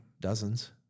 Dozens